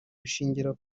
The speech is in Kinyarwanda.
bishingira